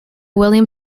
william